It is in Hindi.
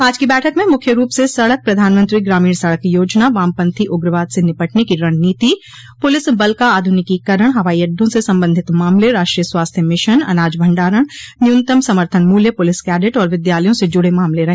आज की बैठक में मुख्य रूप से सड़क प्रधानमंत्री ग्रामीण सड़क योजना वामपंथी उग्रवाद से निपटने की रणनीति पुलिस बल का आधुनिकीकरण हवाई अड्डों से संबंधित मामले राष्ट्रीय स्वास्थ्य मिशन अनाज भंडारण न्यूनतम समर्थन मूल्य पुलिस कैडेट और विद्यालयों से जुड़े मामले रहे